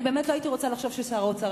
אני באמת לא הייתי רוצה לחשוב ששר האוצר